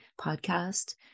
podcast